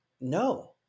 No